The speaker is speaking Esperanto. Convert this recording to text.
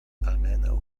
almenaŭ